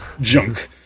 Junk